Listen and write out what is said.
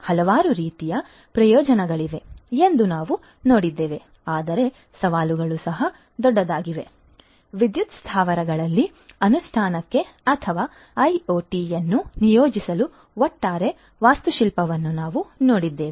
ಹಲವಾರು ರೀತಿಯ ಪ್ರಯೋಜನಗಳಿವೆ ಎಂದು ನಾವು ನೋಡಿದ್ದೇವೆ ಆದರೆ ಸವಾಲುಗಳು ಸಹ ದೊಡ್ಡದಾಗಿದೆ ವಿದ್ಯುತ್ ಸ್ಥಾವರಗಳಲ್ಲಿ ಅನುಷ್ಠಾನಕ್ಕೆ ಅಥವಾ ಐಒಟಿಯನ್ನು ನಿಯೋಜಿಸಲು ಒಟ್ಟಾರೆ ವಾಸ್ತುಶಿಲ್ಪವನ್ನೂ ನಾವು ನೋಡಿದ್ದೇವೆ